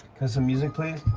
some music, please?